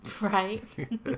Right